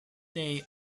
day